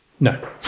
No